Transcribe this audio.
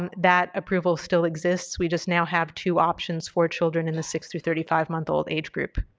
um that approval still exists, we just now have two options for children in the six to thirty five month old age group.